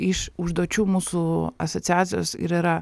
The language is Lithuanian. iš užduočių mūsų asociacijos ir yra